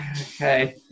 okay